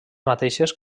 mateixes